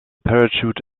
parachute